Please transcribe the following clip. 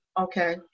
Okay